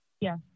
Yes